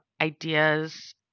ideas